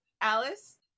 Alice